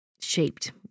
shaped